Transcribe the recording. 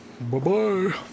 Bye-bye